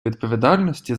відповідальності